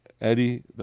Eddie